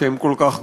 שהם כל כך גבוהים,